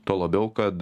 tuo labiau kad